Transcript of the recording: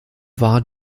war